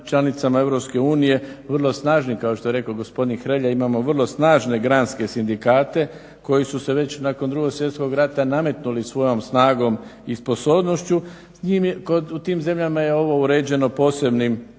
članicama EU vrlo snažni kao što je rekao gospodin Hrelja, imamo vrlo snažne granske sindikate koji su se već nakon 2.svjetskog rata nametnuli svojom snagom i sposobnošću u tim zemljama je ovo uređeno posebnim